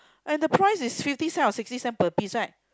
and the price is thirty cents or sixty cents per piece right